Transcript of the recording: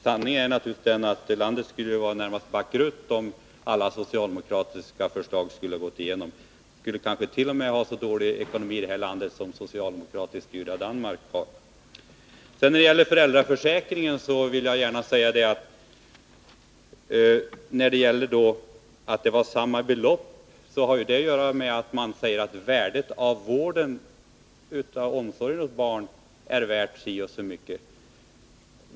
Sanningen är naturligtvis att landet skulle vara i det närmaste bankrutt om alla socialdemokratiska förslag skulle ha gått igenom. Vi skulle kanske t.o.m. ha lika dålig ekonomi i det här landet som det socialdemokratiskt styrda Danmark har. Vårt förslag att samma belopp skall utgå till alla från föräldraförsäkringen grundar sig på att vi anser att omsorgen om ett barn skall ha ett visst värde.